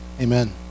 Amen